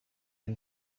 and